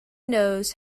knows